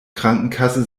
krankenkasse